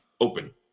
open